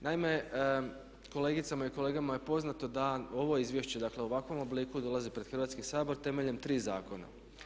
Naime, kolegicama i kolegama je poznato da ovo izvješće, dakle u ovakvom obliku dolazi pred Hrvatski sabor temeljem tri zakona.